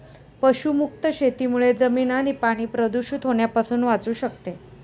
पशुमुक्त शेतीमुळे जमीन आणि पाणी प्रदूषित होण्यापासून वाचू शकते